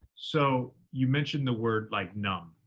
so you mentioned the word, like, numb.